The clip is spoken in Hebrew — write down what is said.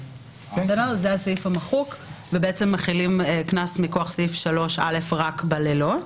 ממנו ועכשיו קנס מכוח סעיף 3(א) מוחל רק בלילות,